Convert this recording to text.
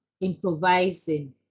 improvising